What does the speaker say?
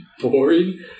boring